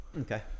Okay